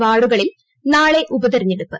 വാർഡുകളിൽ നാളെ ഉപതെരഞ്ഞെടുപ്പ്